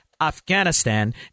Afghanistan